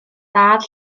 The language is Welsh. dad